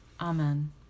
amen